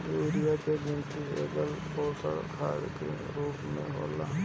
urea के गिनती एकल पोषक खाद के रूप में होला